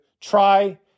try